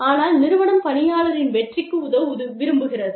ஆனால் நிறுவனம் பணியாளரின் வெற்றிக்கு உதவ விரும்புகிறது